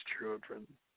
children